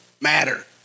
matter